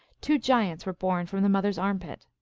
two giants were born from the mother s armpit.